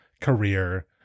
career